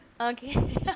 Okay